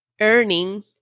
earning